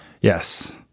Yes